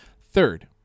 Third